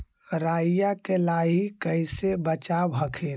राईया के लाहि कैसे बचाब हखिन?